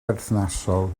berthnasol